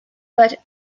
but